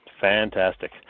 Fantastic